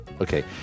Okay